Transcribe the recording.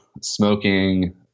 smoking